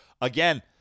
again